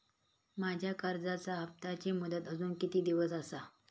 माझ्या कर्जाचा हप्ताची मुदत अजून किती दिवस असा?